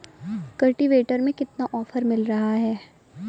Cultivator में कितना offer मिल रहा है?